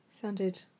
Sounded